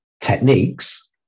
techniques